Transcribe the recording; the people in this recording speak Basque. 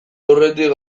aurretik